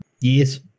Yes